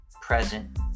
present